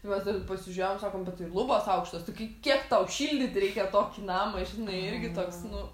mes taip pasižiūrėjom sakom bet tai ir lubos aukštos tai kai kiek tau šildyt reikia tokį namą žinai irgi toks nu